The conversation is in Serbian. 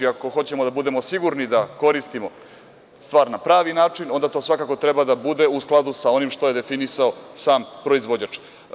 Ako hoćemo da budemo sigurni da koristimo stvar na pravi način, onda to svakako treba da bude u skladu sa onim što je definisao sam proizvođač.